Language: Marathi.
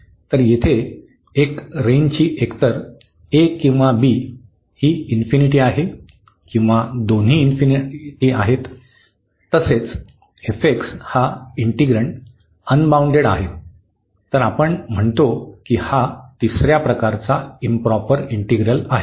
तर येथे एक रेंजची एकतर किंवा ही आहे किंवा दोन्ही तसेच हा इन्टिग्रेन्ड अनबाउंडेड आहेत तर आपण म्हणतो की हा तिसऱ्या प्रकारचा इंप्रॉपर इंटिग्रल आहे